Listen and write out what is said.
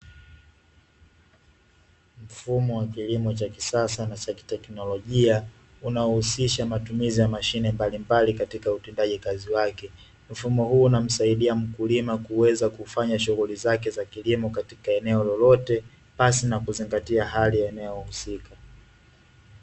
Mfumo wa kilimo cha kisasa na cha kiteknolojia unaohusisha matumizi ya mashine mbalimbali katika utendaji kazi wake, mfumo huu unamsaidia mkulima kuweza kufanya shughuli zake za kilimo katika eneo lolote pasi na kuzingatia hali ya eneo husika.